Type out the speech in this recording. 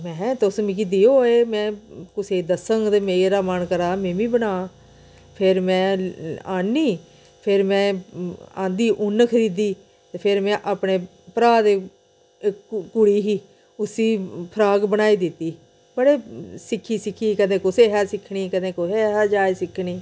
मेहैं तुस मिकी देओ एह् में कुसै गी दस्सङ ते मेरा मन करा दा में बी बनां फेर में आह्नी फेर में आंदी ऊन्न खरीदी फेर में अपने भ्राऽ दी कुड़ी ही उसी फ्राक बनाई दित्ती मतलब सिक्खी सिक्खी कदें कुसा हा सिक्खनी कदें कुसा हा जाच सिक्खनी